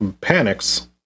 panics